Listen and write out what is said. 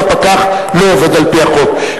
אם הפקח לא עובד על-פי החוק.